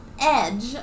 edge